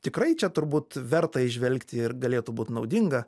tikrai čia turbūt verta įžvelgti ir galėtų būt naudinga